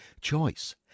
choice